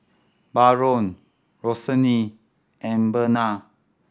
Baron Roxane and Bena